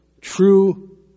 true